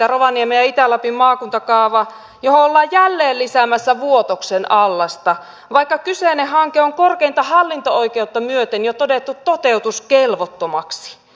rovaniemen ja itä lapin maakuntakaava johon ollaan jälleen lisäämässä vuotoksen allasta vaikka kyseinen hanke on korkeinta hallinto oikeutta myöten jo todettu toteutuskelvottomaksi